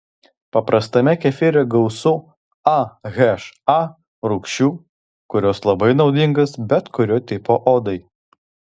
paprastame kefyre gausu aha rūgščių kurios labai naudingos bet kurio tipo odai